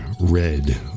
red